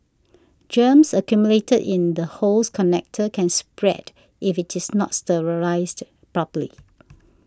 germs accumulated in the hose connector can spread if it is not sterilised properly